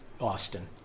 Austin